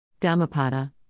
Dhammapada